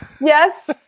Yes